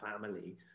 family